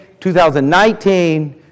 2019